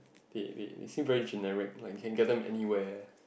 they they they seem very generic like can get them anywhere